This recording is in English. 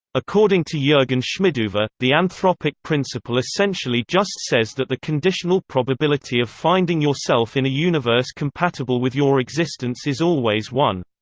according to jurgen schmidhuber, the anthropic principle essentially just says that the conditional probability of finding yourself in a universe compatible with your existence is always one.